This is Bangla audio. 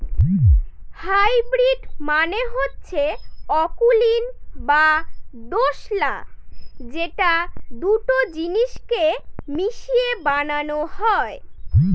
হাইব্রিড মানে হচ্ছে অকুলীন বা দোঁশলা যেটা দুটো জিনিস কে মিশিয়ে বানানো হয়